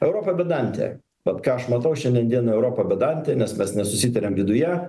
europa bedantė vat ką aš matau šiandien dienai europa bedantė nes mes nesusitariam viduje